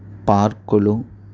పార్కులు